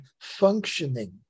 functioning